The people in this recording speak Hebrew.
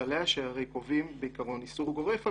כללי אָשֵר קובעים בעיקרון איסור גורף על